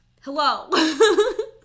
Hello